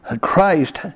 Christ